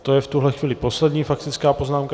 To je v tuto chvíli poslední faktická poznámka.